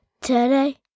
today